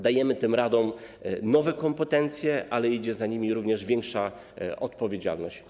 Dajemy tym radom nowe kompetencje, ale idzie za nimi również większa odpowiedzialność.